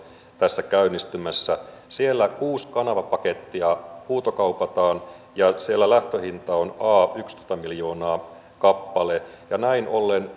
tässä käynnistymässä siellä kuusi kanavapakettia huutokaupataan ja siellä lähtöhinta on a yksitoista miljoonaa kappale ja näin ollen